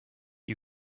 you